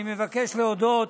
אני מבקש להודות